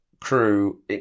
crew